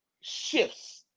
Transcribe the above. shifts